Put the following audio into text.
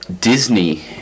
Disney